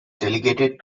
delegated